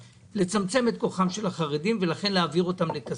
לצמצם את כוחם של החרדים ולהעביר אותם לכסיף?